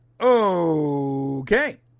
Okay